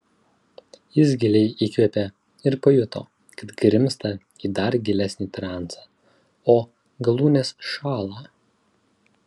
jis giliai įkvėpė ir pajuto kad grimzta į dar gilesnį transą o galūnės šąla